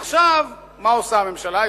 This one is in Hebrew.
עכשיו, מה עושה הממשלה?